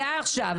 נפגעה עכשיו,